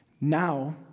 Now